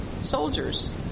soldiers